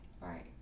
Right